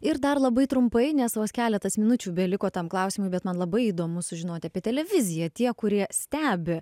ir dar labai trumpai nes vos keletas minučių beliko tam klausimui bet man labai įdomu sužinoti apie televiziją tie kurie stebi